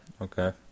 Okay